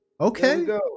okay